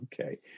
Okay